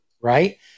Right